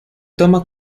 toma